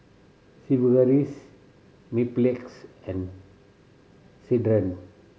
Sigvaris Mepilex and Ceradan